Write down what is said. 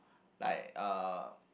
like uh